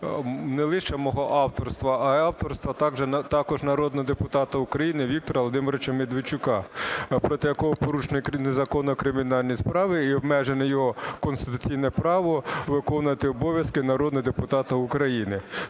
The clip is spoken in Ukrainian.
не лише мого авторства, а й авторства також народного депутата України Віктора Володимировича Медведчука, проти якого порушені незаконно кримінальні справи і обмежене його конституційне право виконувати обов'язки народного депутата України.